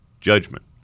judgment